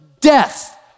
death